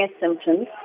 symptoms